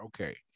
okay